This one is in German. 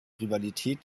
rivalität